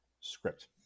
script